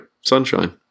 Sunshine